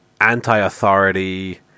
anti-authority